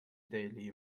daily